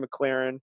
McLaren